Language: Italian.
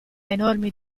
enormi